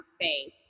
face